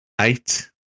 eight